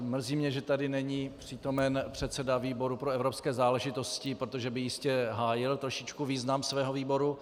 Mrzí mě, že tady není přítomen předseda výboru pro evropské záležitosti, protože by jistě hájil trošičku význam svého výboru.